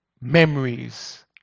memories